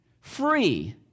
free